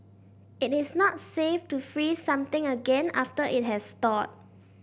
it is not safe to freeze something again after it has thawed